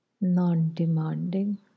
non-demanding